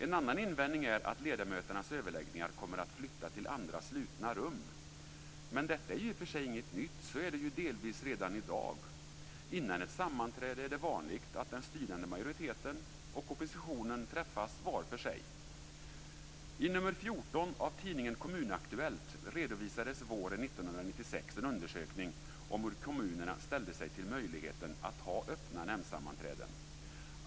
En annan invändning är att ledamöternas överläggningar kommer att flytta till andra, slutna rum. Men detta är ju i och för sig inget nytt. Så är det ju delvis redan i dag. Före ett sammanträde är det vanligt att den styrande majoriteten och oppositionen träffas var för sig. I nr 14 av tidningen Kommun Aktuellt redovisades våren 1996 en undersökning om hur kommunerna ställde sig till möjligheten att ha öppna nämndsammanträden.